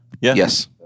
Yes